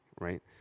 right